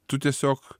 tu tiesiog